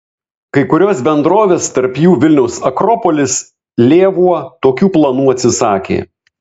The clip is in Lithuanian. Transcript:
kai kurios bendrovės tarp jų vilniaus akropolis lėvuo tokių planų atsisakė